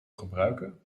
gebruiken